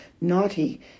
naughty